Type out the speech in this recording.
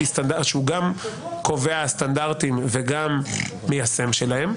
שהוא גם קובע סטנדרטים וגם המיישם שלהם,